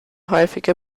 häufiger